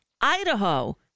Idaho